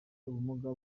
ubumuga